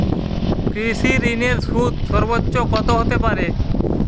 কৃষিঋণের সুদ সর্বোচ্চ কত হতে পারে?